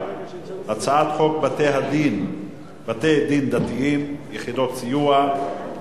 הצעת חוק בתי-דין דתיים (יחידות סיוע),